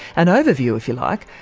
an overview if you like,